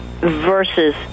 versus